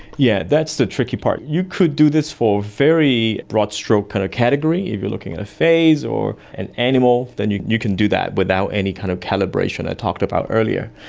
yeah that's the tricky part. you could do this for very broad stroke kind of category if you are looking at a face or an animal, then you you can do that without any kind of calibration i talked about earlier.